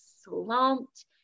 slumped